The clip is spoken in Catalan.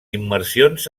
immersions